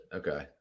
okay